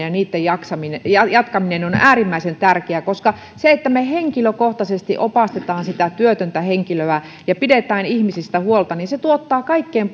ja niitten jatkaminen on äärimmäisen tärkeää koska se että me henkilökohtaisesti opastamme sitä työtöntä henkilöä ja pidämme ihmisistä huolta tuottaa kaikkein